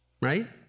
right